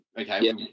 okay